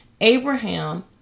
Abraham